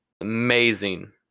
amazing